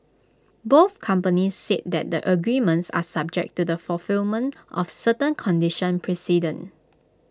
both companies said that the agreements are subject to the fulfilment of certain conditions precedent